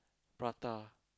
prata